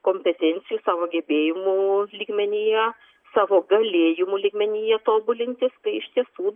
kompetencijų savo gebėjimų lygmenyje savo galėjimų lygmenyje tobulintis tai iš tiesų